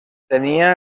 tenia